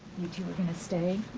you two are gonna stay?